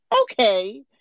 Okay